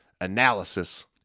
Analysis